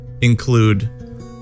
include